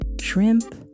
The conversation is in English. shrimp